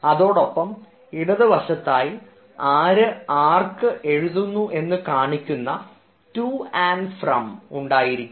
അതോടൊപ്പം ഇടതുവശത്തായി ആര് ആർക്ക് എഴുതുന്നു എന്ന് കാണിക്കുന്ന ടു ആൻഡ് ഫ്രം ഉണ്ടായിരിക്കും